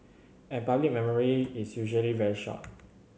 and public memory is usually very short